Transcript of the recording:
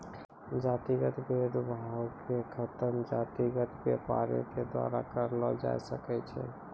जातिगत भेद भावो के खतम जातिगत व्यापारे के द्वारा करलो जाय सकै छै